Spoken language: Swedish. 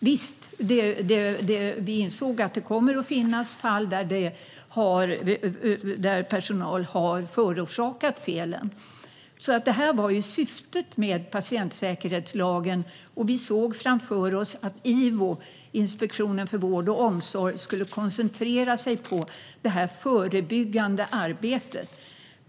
Visst, vi insåg att det kommer att finnas fall där personal har förorsakat felen, men det här var alltså syftet med patientsäkerhetslagen. Vi såg framför oss att IVO, Inspektionen för vård och omsorg, skulle koncentrera sig på det här förebyggande arbetet.